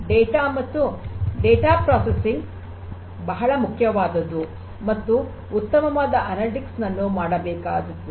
ಆದ್ದರಿಂದ ಡೇಟಾ ಮತ್ತು ಡೇಟಾ ಪ್ರಕ್ರಿಯೆ ಬಹಳ ಮುಖ್ಯವಾದದ್ದು ಮತ್ತು ಉತ್ತಮವಾದ ಅನಲಿಟಿಕ್ಸ್ ನನ್ನು ಮಾಡಬೇಕಾಗುತ್ತದೆ